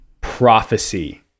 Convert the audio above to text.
prophecy